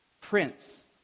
prince